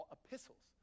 epistles